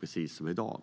ges, precis som i dag.